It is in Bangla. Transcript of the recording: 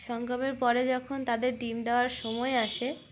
সঙ্গমের পরে যখন তাদের ডিম দেওয়ার সময় আসে